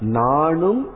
nanum